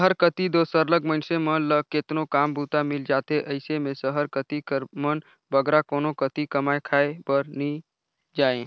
सहर कती दो सरलग मइनसे मन ल केतनो काम बूता मिल जाथे अइसे में सहर कती कर मन बगरा कोनो कती कमाए खाए बर नी जांए